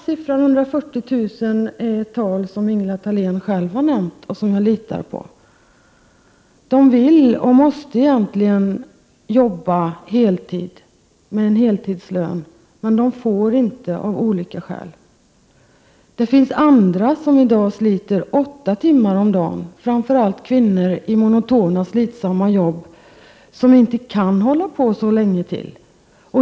Talet 140 000 är ett tal som Ingela Thalén själv har nämnt, och som jag litar på. Dessa kvinnor vill och måste egentligen arbeta heltid och ha en heltidslön, men de får inte göra det av olika skäl. Det finns andra som i dag sliter åtta timmar om dagen, framför allt kvinnor i monotona och slitsamma jobb som inte kan hålla på så länge till.